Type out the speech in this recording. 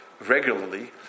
regularly